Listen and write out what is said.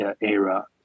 era